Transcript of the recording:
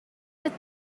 but